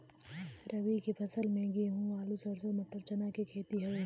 रबी के फसल में गेंहू, आलू, सरसों, मटर, चना के खेती हउवे